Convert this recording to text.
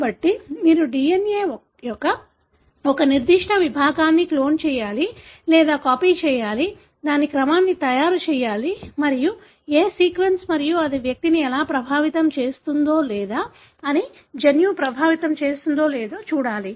కాబట్టి మీరు DNA యొక్క ఒక నిర్దిష్ట విభాగాన్ని క్లోన్ చేయాలి లేదా కాపీ చేయాలి దాని క్రమాన్ని తయారు చేయాలి మరియు ఏ సీక్వెన్స్ మరియు అది వ్యక్తిని ఎలా ప్రభావితం చేస్తుందో లేదా అది జన్యువును ప్రభావితం చేస్తుందో లేదో చూడాలి